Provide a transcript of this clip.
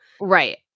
Right